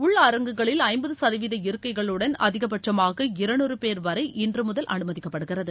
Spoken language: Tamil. உள்அரங்குகளில் ஜம்பது சதவீத இருக்கைகளுடன் அதிகபட்சமாக இருநூறு பேர் வரை இன்று முதல் அனுமதிக்கப்படுகிறது